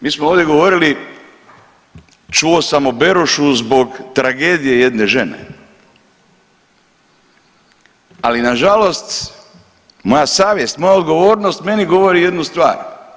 Mi smo ovdje govorili, čuo sam o Berošu zbog tragedije jedne žene, ali nažalost moja savjest, moja odgovornost meni govori jednu stvar.